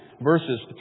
verses